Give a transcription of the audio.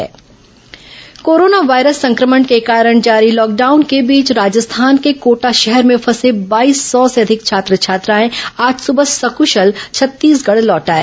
corona Kota बच्चे वापसी corona virus संक्रमण के कारण जारी लॉकडाउन के बीच राजस्थान के कोटा शहर में फंसे बाईस सौ से अधिक छात्र छात्राएं आज सुबह सकृशल छत्तीसगढ़ लौट आए